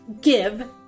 give